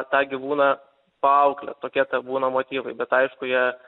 tą gyvūną paauklėt tokie tie būna motyvai bet aišku jie